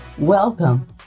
welcome